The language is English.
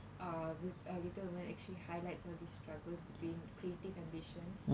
ah a little women actually highlights all these struggles between creative ambitions